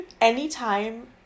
Anytime